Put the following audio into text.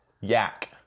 Yak